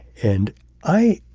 and i.